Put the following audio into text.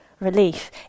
relief